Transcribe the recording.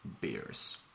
beers